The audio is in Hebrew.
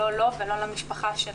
לא לו ולא למשפחה שלי.